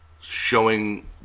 Showing